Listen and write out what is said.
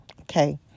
Okay